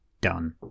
Done